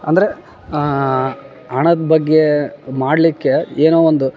ಅಂದರೆ ಹಣದ ಬಗ್ಗೆ ಮಾಡಲ್ಲಿಕ್ಕೆ ಏನೋ ಒಂದು